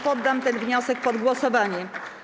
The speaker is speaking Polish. Poddam ten wniosek pod głosowanie.